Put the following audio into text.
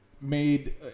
made